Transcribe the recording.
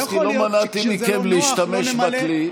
לא יכול להיות שכשזה לא נוח,